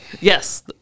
Yes